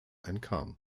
entkam